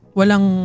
walang